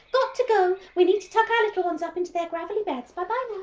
got to go! we need to tuck our little ones up into their gravelly beds, bye-bye